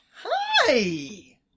Hi